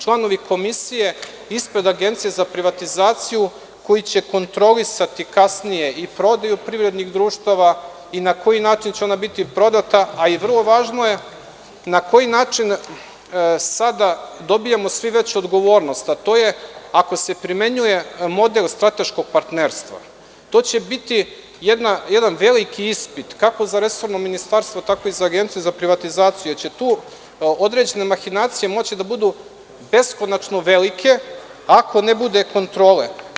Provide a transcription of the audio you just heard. Članovi komisije ispred Agencije za privatizaciju, koji će kontrolisati kasnije i prodaju privrednih društava i na koji način će ona biti prodata, a i vrlo važno je na koji način sada dobijamo svi veću odgovornost, a to je – ako se primenjuje model strateškog partnerstva, to će biti jedan veliki ispit, kako za resorno ministarstvo, tako i za Agenciju za privatizaciju, jer će tu određene mahinacije moći da budu beskonačno velike, ako ne bude kontrole.